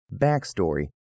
Backstory